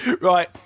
Right